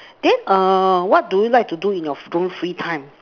then err what do you like to do in your own free time